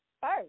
first